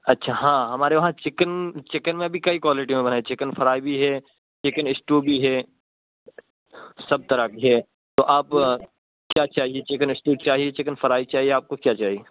اچھا ہاں ہمارے وہاں چکن چکن میں بھی کئی کوالٹیوں میں بنا ہے چکن فرائی بھی ہے چکن اسٹو بھی ہے سب طرح کی ہے تو آپ کیا چاہیے چکن اسٹو چاہیے چکن فرائی چاہیے آپ کو کیا چاہیے